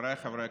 הכנסת,